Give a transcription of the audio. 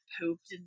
pooped